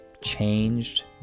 changed